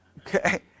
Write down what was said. Okay